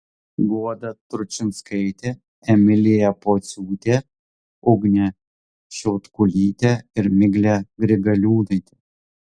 guoda tručinskaitė emilija pociūtė ugnė šiautkulytė ir miglė grigaliūnaitė